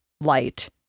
light